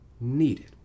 needed